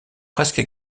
presque